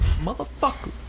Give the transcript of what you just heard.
Motherfucker